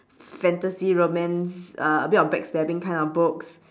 fantasy romance uh a bit of backstabbing kind of books